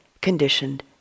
conditioned